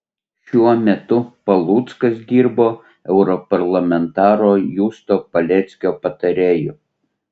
šiuo metu paluckas dirbo europarlamentaro justo paleckio patarėju